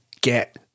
get